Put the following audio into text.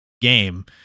game